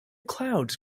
clouds